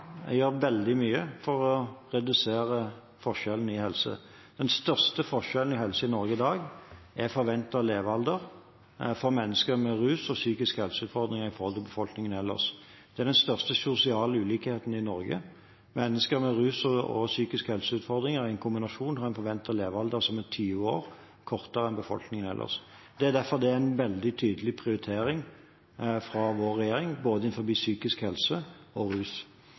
Jeg gjør veldig mye for å redusere forskjellene innen helse. Den største forskjellen når det gjelder helse i Norge i dag, er forventet levealder for mennesker med utfordringer innen rus og psykisk helse i forhold til befolkningen ellers. Det er den største sosiale ulikheten i Norge. Mennesker med utfordringer innen rus og psykisk helse i en kombinasjon har en forventet levealder som er 20 år kortere enn befolkningen ellers. Derfor er dette en veldig tydelig prioritering fra vår regjering, både innenfor psykisk helse og rus.